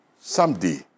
Someday